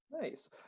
Nice